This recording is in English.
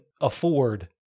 afford